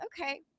okay